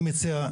אני מציע,